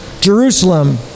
Jerusalem